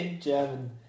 German